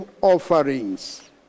offerings